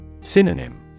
Synonym